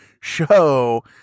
show